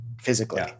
physically